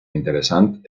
interessant